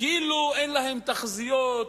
כאילו אין להן תחזיות,